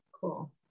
cool